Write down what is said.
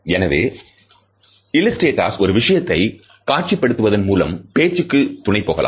எனவே இல்லஸ்டேட்டஸ் ஒரு விஷயத்தை காட்சி படுத்துவதன் மூலம் பேச்சுக்கு துணை போகலாம்